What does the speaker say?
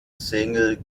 single